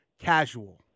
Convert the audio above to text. casual